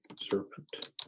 serpent